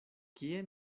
kie